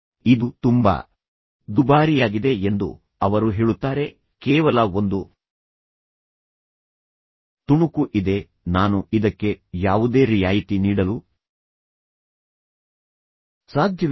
ಇದು ತುಂಬಾ ದುಬಾರಿಯಾಗಿದೆ ಎಂದು ಅವರು ಹೇಳುತ್ತಾರೆ ಕೇವಲ ಒಂದು ತುಣುಕು ಇದೆ ನಾನು ಇದಕ್ಕೆ ಯಾವುದೇ ರಿಯಾಯಿತಿ ನೀಡಲು ಸಾಧ್ಯವಿಲ್ಲ